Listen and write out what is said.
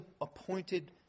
appointed